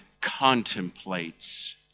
contemplates